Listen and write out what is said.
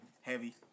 heavy